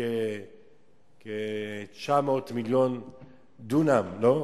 כ-900, מיליון דונם, לא?